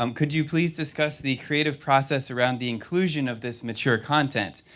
um could you please discuss the creative process around the inclusion of this mature content?